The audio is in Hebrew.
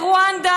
רואנדה,